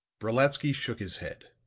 brolatsky shook his head.